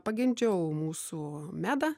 pagimdžiau mūsų medą